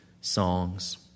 songs